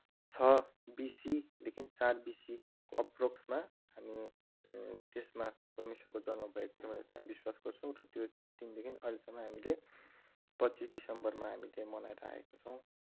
छ बिसीदेखि सात बिसी अप्रोक्समा अनि त्यसमा परमेश्वरको जन्म भएको थियो भनेर हामी विश्वास गर्छौँ र त्यो दिनदेखि अहिलेसम्म हामीले पच्चिस डिसेम्बरमा हामीले मनाएर आएका छौँ